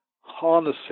harnessing